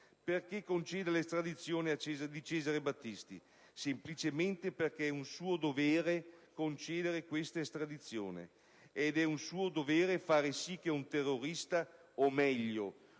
Perché concedere l'estradizione di Cesare Battisti? Semplicemente perché è suo dovere concederla, ed è suo dovere far sì che un terrorista, o meglio